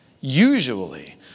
Usually